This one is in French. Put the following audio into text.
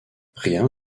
rien